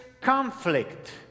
conflict